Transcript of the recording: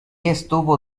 estuvo